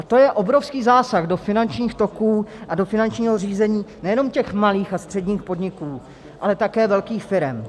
To je obrovský zásah do finančních toků a do finančního řízení nejenom těch malých a středních podniků, ale také velkých firem.